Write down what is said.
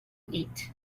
eat